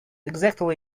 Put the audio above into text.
exactly